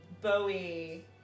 Bowie